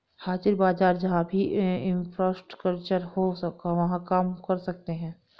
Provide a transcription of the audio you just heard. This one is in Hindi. हाजिर बाजार जहां भी इंफ्रास्ट्रक्चर हो वहां काम कर सकते हैं